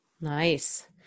Nice